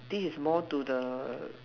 this is more to the